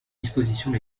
dispositions